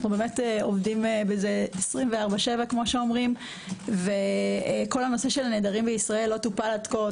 אנו עובדים בזה 24/7. כל הנושא של נעדרים בישראל לא טופל עד כה.